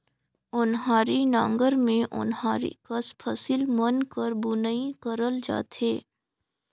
ओन्हारी नांगर मे ओन्हारी कस फसिल मन कर बुनई करल जाथे